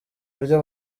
buryo